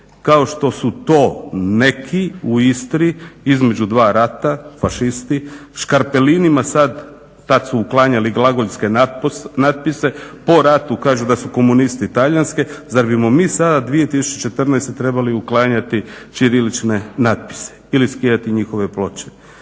kao što su to neki u Istri između dva rata fašisti škarpelinima sad, tad su uklanjali glagoljske natpise, po ratu kažu da su komunisti talijanske, zar bismo mi sada 2014. trebali uklanjati ćirilične natpise ili skidati njihove ploče?